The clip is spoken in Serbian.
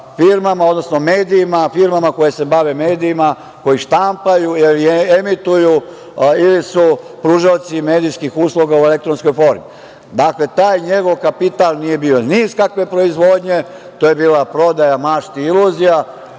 firmama, odnosno medijima, firmama koje se bave medijima, koji štampaju, emituju ili su pružaoci medijskih usluga u elektronskoj formi. Dakle, taj njegov kapital nije bio ni iz kakve proizvodnje. To je bila prodaja mašti i iluzija,